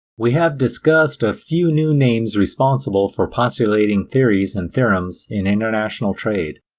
we have discussed a few new names responsible for postulating theories and theorems in international trade.